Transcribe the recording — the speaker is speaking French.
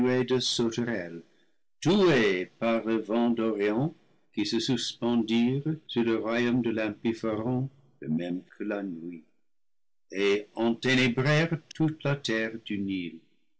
par le vent d'orient qui se suspendirent sur le royaume de l'impie pharaon de même que la nuit et en ténébrèrent toute la terre du nil